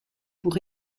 pour